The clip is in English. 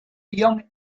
young